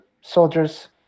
soldiers